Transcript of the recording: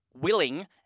willing